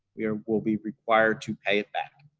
we will be required to pay it back.